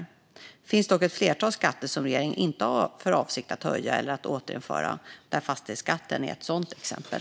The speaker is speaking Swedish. Det finns dock ett flertal skatter som regeringen inte har för avsikt att höja eller återinföra - fastighetsskatten är ett sådant exempel.